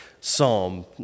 psalm